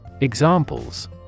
Examples